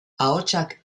ahotsak